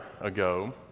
ago